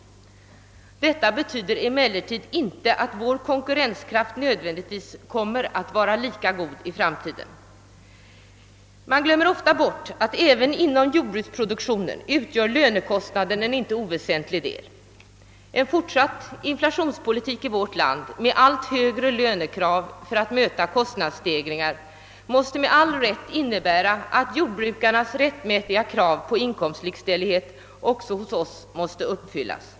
Detta betyder emellertid inte att vår konkurrenskraft nödvändigtvis kommer att vara lika god. Man glömmer ofta bort att även inom jordbruksproduktionen utgör lönekostnaden en inte oväsentlig del. En fortsatt inflationspolitik i vårt land med allt högre lönekrav för att möta kostnadsstegringar måste med all rätt innebära att jordbrukarnas rättmätiga krav på inkomstlikställighet också hos oss måste uppfyllas.